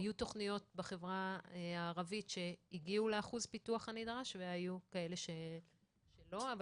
היו תכניות בחברה הערבית שהגיעו לאחוז הפיתוח הנדרש והיו כאלה שלא אבל